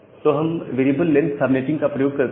तो हम variable length subnetting का प्रयोग करते हैं